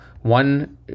one